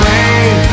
Rain